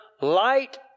light